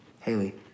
Haley